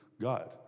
God